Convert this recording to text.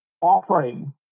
offering